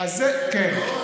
כן.